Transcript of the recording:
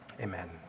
Amen